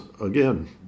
again